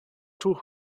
tuch